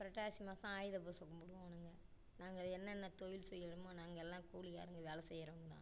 புரட்டாசி மாதம் ஆயுத பூஜை கும்பிடுவோம் நாங்கள் நாங்கள் என்னென்ன தொழில் செய்கிறோமோ நாங்கள் எல்லாம் கூலியாளுங்கள் வேலை செய்கிறவங்க தான்